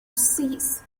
cease